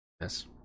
Yes